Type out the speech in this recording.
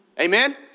Amen